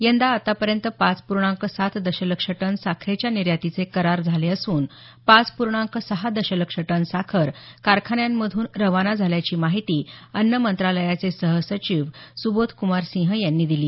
यंदा आतापर्यंत पाच पूर्णांक सात दशलक्ष टन साखरेच्या निर्यातीचे करार झाले असून पाच पूर्णांक सहा दशलक्ष टन साखर कारखान्यांमधून खाना झाल्याची माहिती अन्न मंत्रालयाचे सहसचिव सुबोधक्मार सिंह यांनी दिली